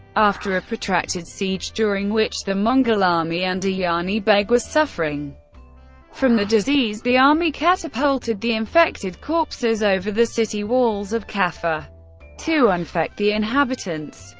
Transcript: after a protracted siege, during which the mongol army under jani beg was suffering from the disease, the army catapulted the infected corpses over the city walls of kaffa to infect the inhabitants.